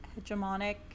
hegemonic